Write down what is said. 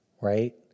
right